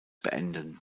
beenden